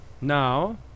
now